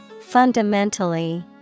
Fundamentally